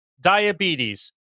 diabetes